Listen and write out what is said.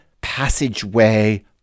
passageway